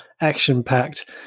action-packed